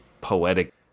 poetic